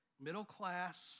middle-class